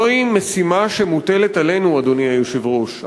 זוהי משימה שמוטלת עלינו, אדוני היושב-ראש.